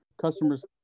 customer's